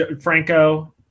Franco